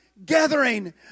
Gathering